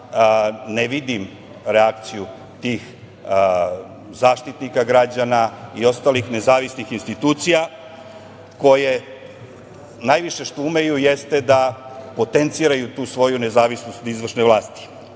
ne vidim reakciju tih zaštitnika građana i ostali nezavisnih institucija, koje najviše što umeju to je da potenciraju tu svoju nezavisnost od izvršne vlasti.Zašto